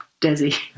Desi